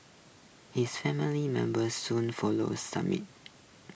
his family members soon followed